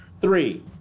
Three